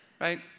right